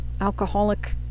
alcoholic